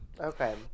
Okay